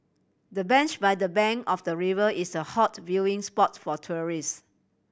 the bench by the bank of the river is a hot viewing spot for tourists